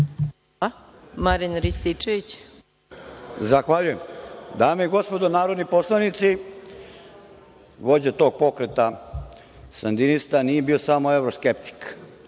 **Marijan Rističević** Zahvaljujem. Dame i gospodo narodni poslanici, vođa tog pokreta sandinista nije bio samo evroskeptik,